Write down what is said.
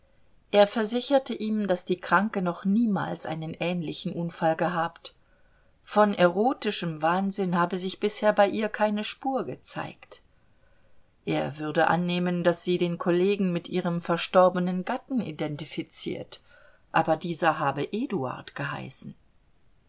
er versicherte ihm daß die kranke noch niemals einen ähnlichen unfall gehabt von erotischem wahnsinn habe sich bisher bei ihr keine spur gezeigt er würde annehmen daß sie den kollegen mit ihrem verstorbenen gatten identifiziert aber dieser habe eduard geheißen